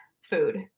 food